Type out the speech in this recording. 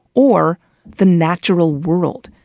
or the natural world.